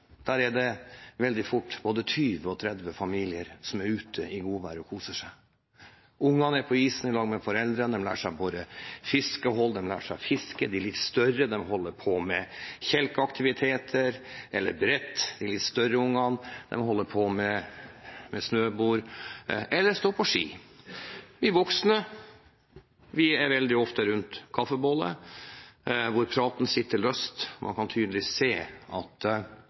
Der er det veldig fort både 20 og 30 familier som er ute i godværet og koser seg. Ungene er på isen sammen med foreldrene. De lærer seg å bore fiskehull, de lærer seg å fiske. De litt større holder på med kjelkeaktiviteter eller brett. De største ungene holder på med snøbord eller står på ski. Vi voksne er veldig ofte rundt kaffebålet, hvor praten sitter løst. Man kan tydelig se at